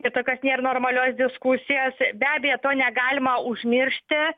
ir tokios nėr normalios diskusijos be abejo to negalima užmiršti